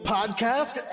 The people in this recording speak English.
Podcast